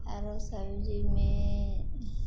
आरो सब्जीमे